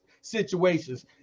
situations